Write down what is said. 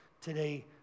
today